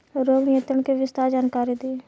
रोग नियंत्रण के विस्तार जानकारी दी?